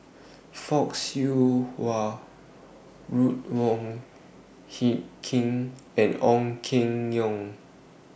Fock Siew Wah Ruth Wong Hie King and Ong Keng Yong